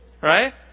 Right